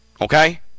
Okay